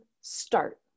start